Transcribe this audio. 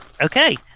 Okay